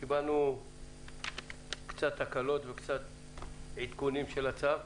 קיבלנו קצת הקלות וקצת עדכונים של הצו.